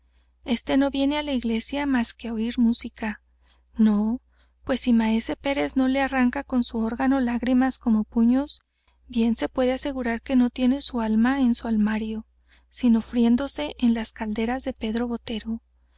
este no viene á la iglesia más que á oir música no pues si maese pérez no le arranca con su órgano lágrimas como puños bien se puede asegurar que no tiene su alma en su armario sino friyéndose en las calderas de pero botero